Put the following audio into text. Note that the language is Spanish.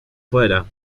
fuera